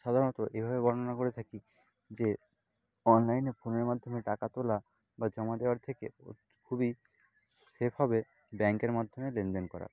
সাধারণত এভাবে বর্ণনা করে থাকি যে অনলাইনে ফোনের মাধ্যমে টাকা তোলা বা জমা দেওয়ার থেকে খুবই সেফ হবে ব্যাঙ্কের মাধ্যমে লেনদেন করা